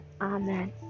Amen